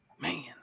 Man